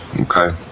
Okay